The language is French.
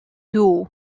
haut